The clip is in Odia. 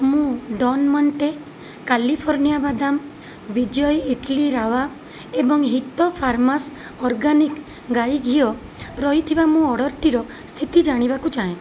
ମୁଁ ଡନ୍ ମଣ୍ଟେ କାଲିଫର୍ଣ୍ଣିଆ ବାଦାମ ବିଜୟ ଇଡ୍ଲି ରାୱା ଏବଂ ହିତ ଫାର୍ମସ୍ ଅର୍ଗାନିକ୍ ଗାଇ ଘିଅ ରହିଥିବା ମୋ ଅର୍ଡ଼ର୍ଟିର ସ୍ଥିତି ଜାଣିବାକୁ ଚାହେଁ